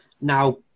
now